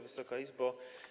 Wysoka Izbo!